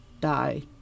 die